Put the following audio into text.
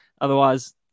Otherwise